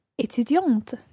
étudiante